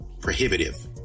prohibitive